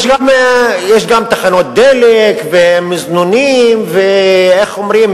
יש גם תחנות דלק ומזנונים, ואיך אומרים?